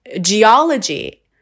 geology